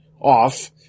off